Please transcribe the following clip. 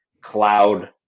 cloud